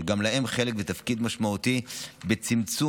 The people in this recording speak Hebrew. שגם להם חלק ותפקיד משמעותיים בצמצום